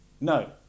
No